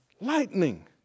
lightning